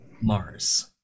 mars